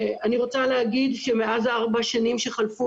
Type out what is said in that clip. אני רוצה להגיד שמאז ארבע השנים שחלפו